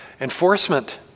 enforcement